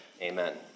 amen